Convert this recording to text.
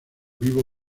vivo